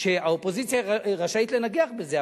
האופוזיציה רשאית לנגח בזה,